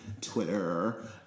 Twitter